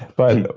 but